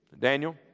Daniel